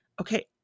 Okay